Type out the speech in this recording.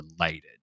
related